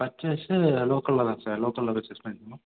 purchase லோக்கலில் தான் sir லோக்கல்லாகவே ஃபிக்ஸ் பண்ணட்டுமா